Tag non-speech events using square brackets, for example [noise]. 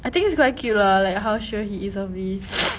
I think it's quite cute lah like how sure he is of me [noise]